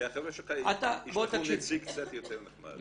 שהחבר'ה שלך ישלחו נציג קצת יותר נחמד.